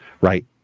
Right